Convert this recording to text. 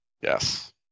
Yes